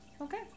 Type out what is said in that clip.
Okay